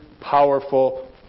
powerful